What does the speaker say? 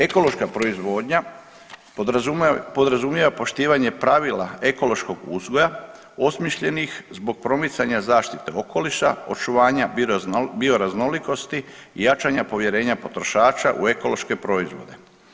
Ekološka proizvodnja podrazumijeva poštivanje pravila ekološkog uzgoja osmišljenih zbog promicanja zaštite okoliša, očuvanja bioraznolikosti i jačanja povjerenja potrošača u ekološke proizvode.